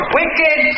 wicked